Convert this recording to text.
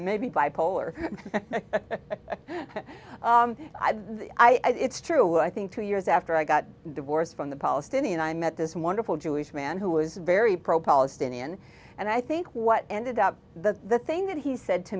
maybe bipolar i think it's true i think two years after i got divorced from the palestinian i met this wonderful jewish man who was very pro palestinian and i think what ended up that the thing that he said to